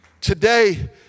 Today